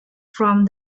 from